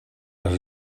els